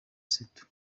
sefu